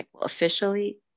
Officially